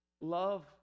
love